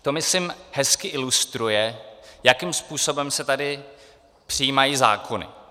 To myslím hezky ilustruje, jakým způsobem se tady přijímají zákony.